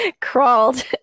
crawled